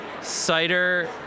cider